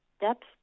depth